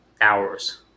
hours